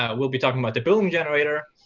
ah we'll be talking about the building generator,